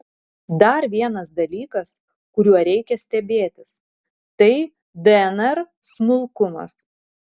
dar vienas dalykas kuriuo reikia stebėtis tai dnr smulkumas